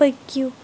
پٔکِو